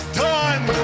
done